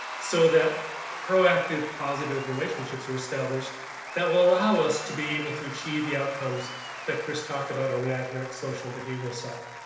so that proactive positive relationships are established that will allow us to be able to achieve the outcomes that chris talked about on the academic, social, behavioral side.